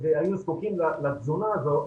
והיו זקוקים לתזונה הזאת.